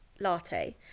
Latte